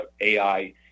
AI